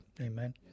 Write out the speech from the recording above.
Amen